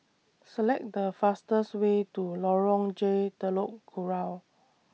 Select The fastest Way to Lorong J Telok Kurau